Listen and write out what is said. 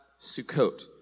Sukkot